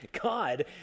God